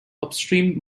upstream